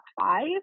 five